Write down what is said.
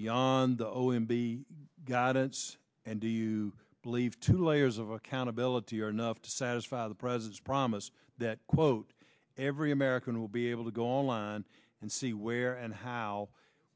beyond the o m b guidance and do you believe two layers of accountability are enough to satisfy the president promised that quote every american will be able to go online and see where and how